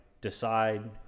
decide